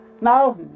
Now